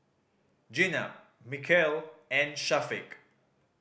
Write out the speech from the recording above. Jenab Mikhail and Syafiq